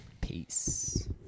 Peace